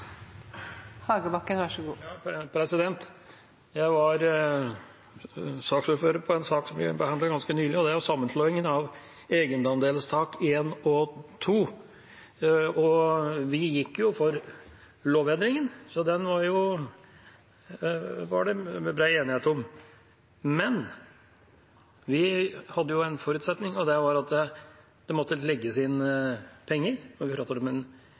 en sak som vi behandlet ganske nylig, og det var sammenslåingen av egenandelstak 1 og 2. Vi gikk for lovendringen, den var det bred enighet om, men vi hadde en forutsetning, og det var at det måtte legges inn penger, 1 mrd. kr, slik at dette ikke medførte at vi satte en gruppe med